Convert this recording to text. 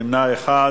נמנע אחד.